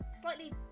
slightly